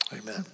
Amen